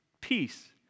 peace